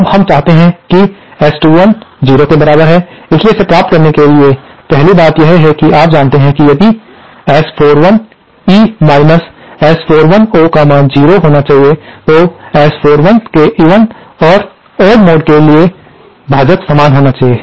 अब हम चाहते हैं कि S21 0 के बराबर है इसलिए इसे प्राप्त करने के लिए पहली बात यह है आप जानते हैं कि यदि S41E S41O का मान 0 होना चाहिए तो S41 के इवन और ओड मोड के लिए भाजक समान होना चाहिए